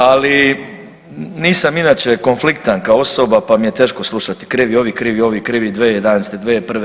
Ali nisam inače konfliktan kao osoba, pa mi je teško slušati krivi ovi, krivi, ovi, krivi 2011., 2001.